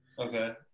Okay